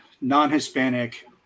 non-Hispanic